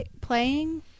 playing